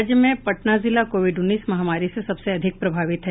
राज्य में पटना जिला कोविड उन्नीस महामारी से सबसे अधिक प्रभावित है